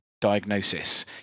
diagnosis